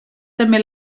també